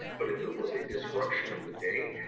but if it was a disruption of the day,